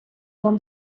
вам